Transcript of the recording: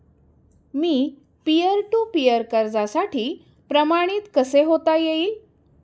Me peer to peer कर्जासाठी प्रमाणित कसे होता येईल?